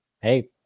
Hey